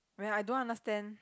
and I don't understand